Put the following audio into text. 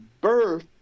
birth